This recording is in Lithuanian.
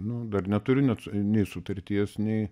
nu dar neturi net nei sutarties nei